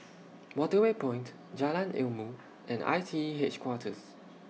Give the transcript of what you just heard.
Waterway Point Jalan Ilmu and I T E Headquarters